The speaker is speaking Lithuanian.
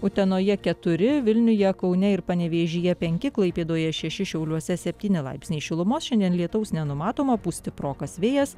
utenoje keturi vilniuje kaune ir panevėžyje penki klaipėdoje šeši šiauliuose septyni laipsniai šilumos šiandien lietaus nenumatoma pūs stiprokas vėjas